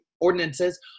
ordinances